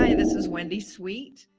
this is wendy sweet.